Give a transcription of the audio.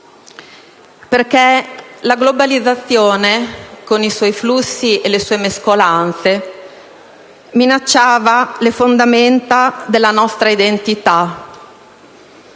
perché la globalizzazione, con i flussi e le sue mescolanze, minacciava le fondamenta della nostra identità,